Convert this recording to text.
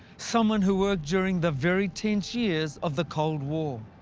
someone who worked during the very tense years of the cold war.